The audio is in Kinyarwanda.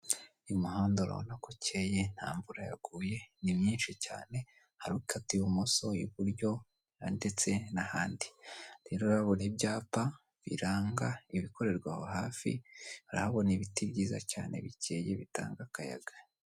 Uyu muhanda urabona ko ukeye nta mvura yaguye ni myinshi cyane hari ukata ibumoso iburyo ndetse n'ahandi rero urahabona ibyapa biranga ibikorerwa hafi urahabona ibiti byiza cyane bikeye bitanga akayaga.